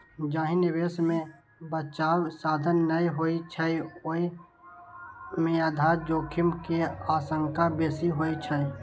जाहि निवेश मे बचावक साधन नै होइ छै, ओय मे आधार जोखिम के आशंका बेसी होइ छै